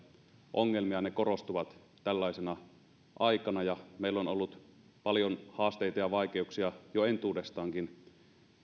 ongelmia ja ne korostuvat tällaisena aikana ja meillä on ollut paljon haasteita ja vaikeuksia jo entuudestaankin